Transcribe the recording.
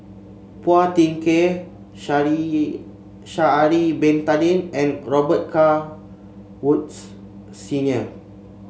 Phua Thin Kiay Sha'ari Sha'ari Bin Tadin and Robet Carr Woods Senior